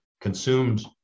consumed